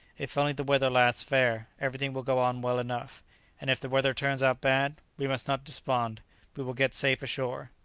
if only the weather lasts fair, everything will go on well enough and if the weather turns out bad, we must not despond we will get safe ashore.